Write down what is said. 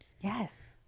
Yes